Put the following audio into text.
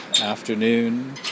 afternoon